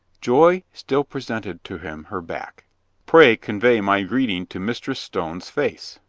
joy still presented to him her back pray convey my greeting to mistress stone's face.